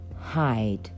Hide